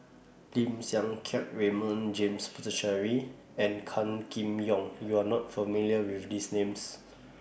Lim Siang Keat Raymond James Puthucheary and Gan Kim Yong YOU Are not familiar with These Names